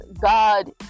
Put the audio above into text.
God